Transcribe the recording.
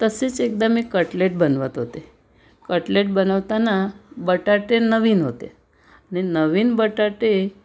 तसेच एकदा मी कटलेट बनवत होते कटलेट बनवताना बटाटे नवीन होते आणि नवीन बटाटे